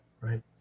Right